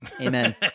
amen